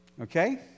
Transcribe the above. okay